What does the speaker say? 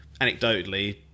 anecdotally